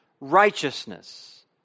righteousness